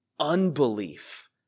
unbelief